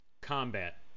Combat